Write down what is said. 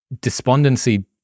despondency